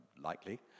likely